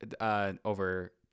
Over